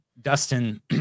Dustin